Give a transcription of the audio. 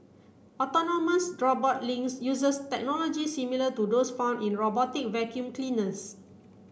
autonomous robot Lynx uses technology similar to those found in robotic vacuum cleaners